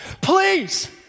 please